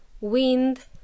wind